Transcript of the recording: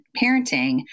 parenting